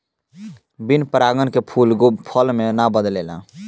बिन परागन के फूल फल मे ना बदलेला